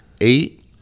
eight